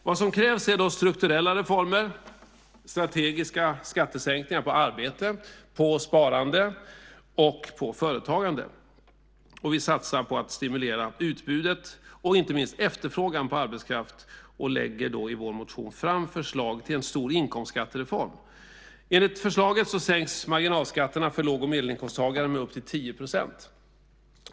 Vad som krävs då är strukturella reformer, strategiska skattesänkningar på arbete, på sparande och på företagande. Vi satsar på att stimulera utbudet och inte minst efterfrågan på arbetskraft. Vi lägger då i vår motion fram förslag till en stor inkomstskattereform. Enligt förslaget sänks marginalskatterna för låg och medelinkomsttagare med upp till 10 %.